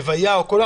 ללוויה או משהו כזה,